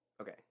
Okay